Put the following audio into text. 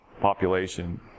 population